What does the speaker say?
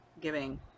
giving